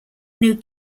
new